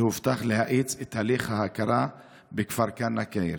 והובטח להאיץ את הליך ההכרה בכפר כנא כעיר.